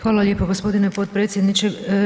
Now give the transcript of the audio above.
Hvala lijepo gospodine potpredsjedniče.